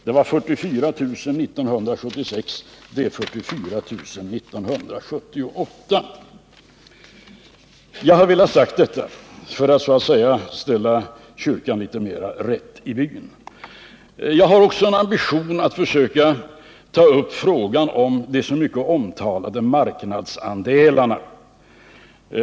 De var 44 000 år 1976, och de är 44 000 år 1978. Jag har velat redovisa dessa siffror för att så att säga ställa kyrkan litet mer rätt i bygden. Jag har också ambitionen att försöka ta upp frågan om de mycket omtalade marknadsandelarna.